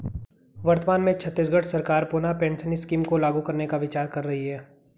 वर्तमान में छत्तीसगढ़ सरकार पुनः पेंशन स्कीम को लागू करने का विचार कर रही है